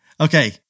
Okay